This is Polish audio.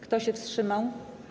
Kto się wstrzymał?